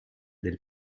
del